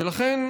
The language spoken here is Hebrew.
ולכן,